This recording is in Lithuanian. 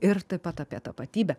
ir taip pat apie tapatybę